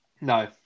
No